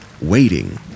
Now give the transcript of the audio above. waiting